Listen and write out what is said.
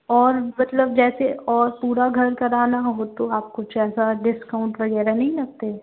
और मतलब जैसे और पूरा घर कराना हो तो आप कुछ ऐसा डिस्काउंट वग़ैरह नहीं लगते